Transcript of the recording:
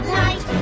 night